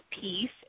peace